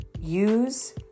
use